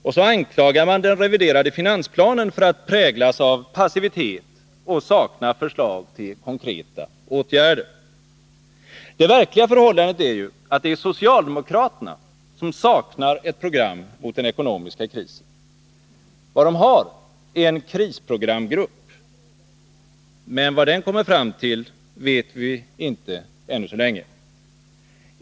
Och så anklagar man den reviderade finansplanen för att präglas av passivitet och sakna förslag till konkreta åtgärder! Det verkliga förhållandet är ju att det är socialdemokraterna som saknar ett program mot den ekonomiska krisen. Vad de har är en krisprogramsgrupp, men vad den kommer fram till vet vi inte ännu så länge.